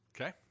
Okay